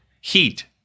heat